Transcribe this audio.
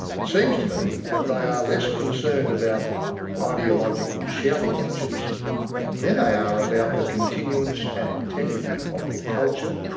it seems to me that they are less concerned about ah ideological shouting matches than they are about the continuance and integrity of their culture